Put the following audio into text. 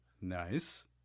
Nice